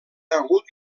hagut